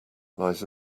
lies